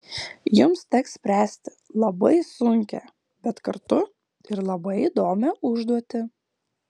jums teks spręsti labai sunkią bet kartu ir labai įdomią užduotį